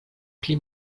pli